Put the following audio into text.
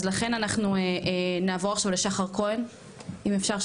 אז לכן אנחנו נעבור עכשיו לשחר כהן אם אפשר,